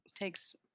takes